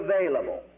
available